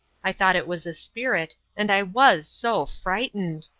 i thought it was a spirit, and i was so frightened!